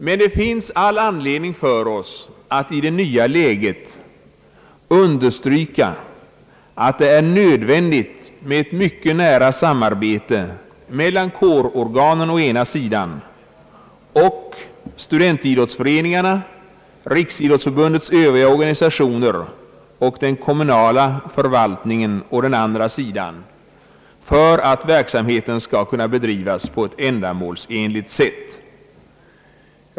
Det finns emellertid all anledning för oss att i det nya läget understryka att det är nödvändigt med ett mycket nära samarbete mellan kårorganen å ena sidan och studentidrottsföreningarna, Riksidrottsförbundets övriga organisationer och den kommunala förvaltningen å andra sidan för att verksamheten skall kunna bedrivas på ett ändamålsenligt sätt.